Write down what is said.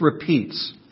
repeats